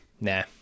Nah